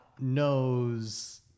knows